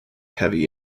heavy